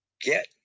get